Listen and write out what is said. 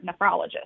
nephrologist